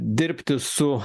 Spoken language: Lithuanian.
dirbti su